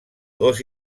dos